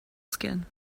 skin